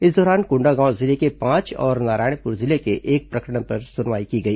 इस दौरान कोंडागांव जिले के पांच और नारायणपुर जिले के एक प्रकरण पर सुनवाई की गई